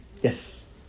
Yes